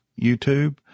YouTube